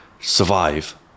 survive